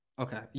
Okay